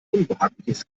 unbehagliches